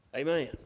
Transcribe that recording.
Amen